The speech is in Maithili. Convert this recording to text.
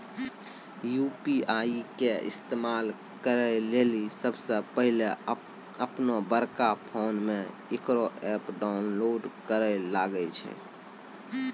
यु.पी.आई के इस्तेमाल करै लेली सबसे पहिलै अपनोबड़का फोनमे इकरो ऐप डाउनलोड करैल लागै छै